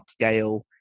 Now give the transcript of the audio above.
upscale